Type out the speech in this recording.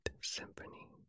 Symphony